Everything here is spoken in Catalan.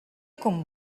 com